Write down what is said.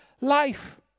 life